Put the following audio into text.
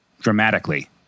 dramatically